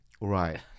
Right